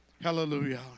Hallelujah